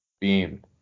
Beam